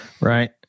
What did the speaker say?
right